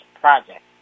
project